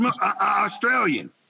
Australian